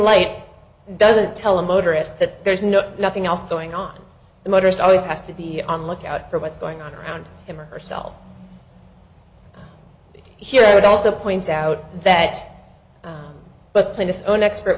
light doesn't tell motorists that there's no nothing else going on the motorist always has to be on lookout for what's going on around him or herself here i would also point out that but when its own expert